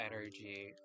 energy